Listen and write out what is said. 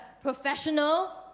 professional